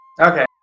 Okay